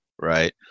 right